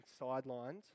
sidelined